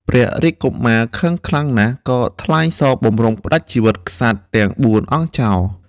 ព្រះរាជកុមារខឹងខ្លាំងណាស់ ក៏ថ្លែងសរបម្រុងផ្តាច់ជីវិតក្សត្រទាំងបួនអង្គចោល។